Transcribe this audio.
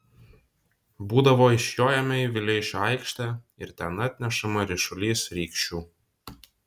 būdavo išjojame į vileišio aikštę ir ten atnešama ryšulys rykščių